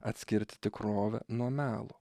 atskirti tikrovę nuo melo